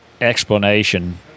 explanation